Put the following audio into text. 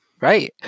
Right